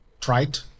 trite